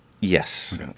Yes